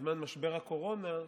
בזמן משבר הקורונה,